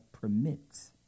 permits